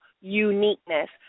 uniqueness